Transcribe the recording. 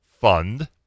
Fund